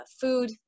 food